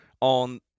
on